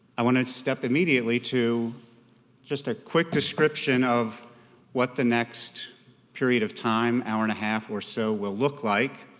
i want to step immediately to just a quick description of what the next period of time, hour and a half or so will look like.